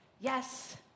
yes